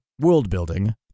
world-building